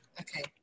Okay